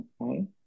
Okay